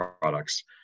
products